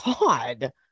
God